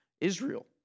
Israel